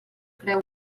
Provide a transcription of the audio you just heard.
creu